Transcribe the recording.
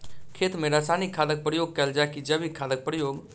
खेत मे रासायनिक खादक प्रयोग कैल जाय की जैविक खादक प्रयोग?